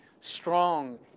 strong